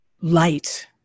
light